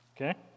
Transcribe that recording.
okay